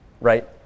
right